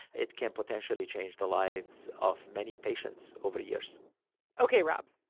it can potentially change the lives of many patients over the years ok, rob.